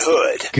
Hood